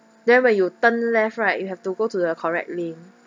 then when you turn left right you have to go to the correct lane